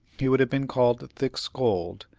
he would have been called thick-skulled,